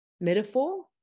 metaphor